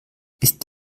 ist